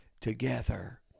together